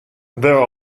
there